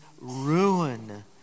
ruin